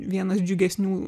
vienas džiugesnių